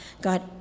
God